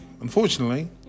Unfortunately